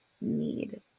need